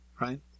right